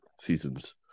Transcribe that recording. seasons